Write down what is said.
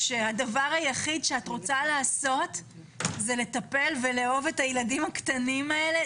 הדבר היחיד שאת רוצה לעשות זה לטפל ולאהוב את הילדים הקטנים האלה.